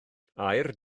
aur